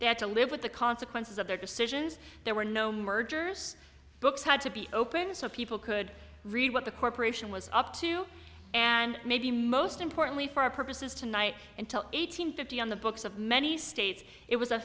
they had to live with the consequences of their decisions there were no mergers books had to be opened so people could read what the corporation was up to and maybe most importantly for our purposes to night until eight hundred fifty on the books of many states it was a